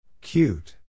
Cute